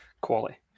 quality